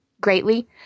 greatly